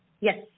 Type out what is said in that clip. Yes